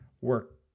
work